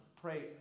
pray